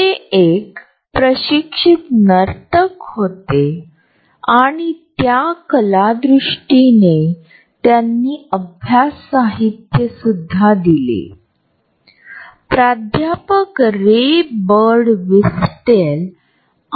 लोक सांस्कृतिकदृष्ट्या अवलंबून असलेल्या मार्गांनी इतर लोकांशी त्यांचे विचार व संबंध समजून घेण्यासाठी आणि त्यांच्यात मध्यस्थी करण्यासाठी परस्परांमधील अंतर देखील मदत करते